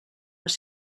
les